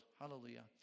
Hallelujah